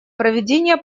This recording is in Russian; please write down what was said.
проведения